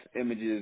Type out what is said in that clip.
images